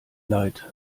leid